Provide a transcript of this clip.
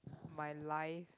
my life